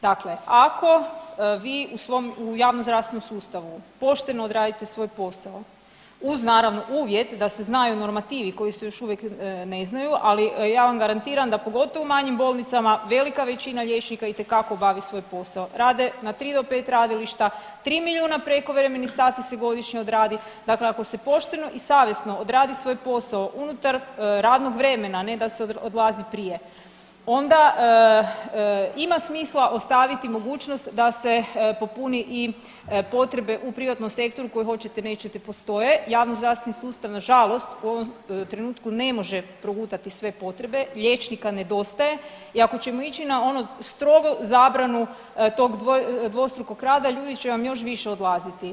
Dakle, ako vi u svom, u javnozdravstvenom sustavu pošteno odradite svoj posao uz naravno uvjet da se znaju normativi koji se još uvijek ne znaju, ali ja vam garantiram da pogotovo u manjim bolnicama velika većina liječnika itekako obavi svoj posao, rade na 3 do 5 radilišta, 3 milijuna prekovremenih sati se godišnje odradi, dakle ako se pošteno i savjesno odradi svoj posao unutar radnog vremena, a ne da se odlazi prije onda ima smisla ostaviti mogućnost da se popuni i potrebe u privatnom sektoru koje hoćete nećete postoje, javnozdravstveni sustav nažalost u ovom trenutku ne može progutati sve potrebe, liječnika nedostaje i ako ćemo ići na onu strogu zabranu tog dvostrukog rada ljudi će vam još više odlaziti.